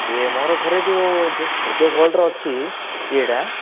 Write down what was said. ଇଏ ମୋର ଘରେ ଯେଉଁ ଯେଉଁ ହୋଲ୍ଡର ଅଛି ଇଏଟା